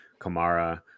Kamara